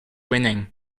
winning